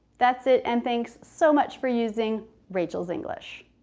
that's it and thanks so much for using rachel's english.